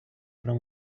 про